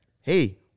Hey